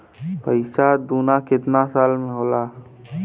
पैसा दूना कितना साल मे होला?